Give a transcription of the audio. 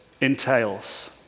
entails